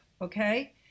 okay